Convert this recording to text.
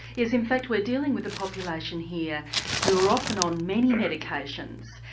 yes in fact we're dealing with a population here who are often on many medications,